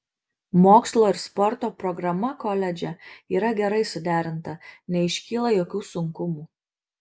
mokslo ir sporto programa koledže yra gerai suderinta neiškyla jokių sunkumų